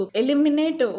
eliminate